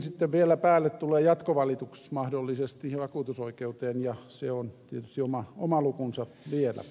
sitten vielä päälle tulee mahdollisesti jatkovalitus vakuutusoikeuteen ja se on tietysti oma lukunsa vielä